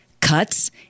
cuts